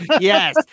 Yes